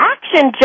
Action